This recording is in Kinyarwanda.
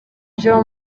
byo